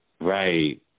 Right